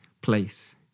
place